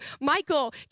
Michael